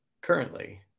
Currently